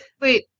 wait